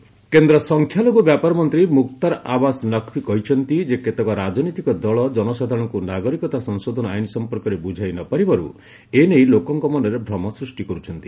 Naqvi PC CAA କେନ୍ଦ୍ର ସଂଖ୍ୟାଲଘୁ ବ୍ୟାପାର ମନ୍ତ୍ରୀ ମୁକ୍ତାର ଆବାସ ନକଭି କହିଛନ୍ତି ଯେ କେତେକ ରାଜନୈତିକ ଦଳ ଜନସାଧାରଣଙ୍କୁ ନାଗରିକତା ସଂଶୋଧନ ଆଇନ୍ ସଂପର୍କରେ ବୁଝାଇ ନପାରିବାରୁ ଏ ନେଇ ଲୋକଙ୍କ ମନରେ ଭୂମ ସୃଷ୍ଟି କରୁଛନ୍ତି